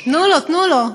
תנו לו, תנו לו.